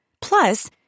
Plus